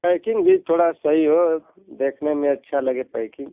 packing भी थोड़ा सही हो देखने में अच्छा लगे पैकिंग